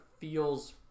feels